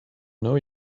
know